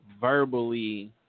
verbally